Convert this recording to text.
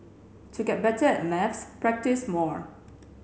to get better at maths practise more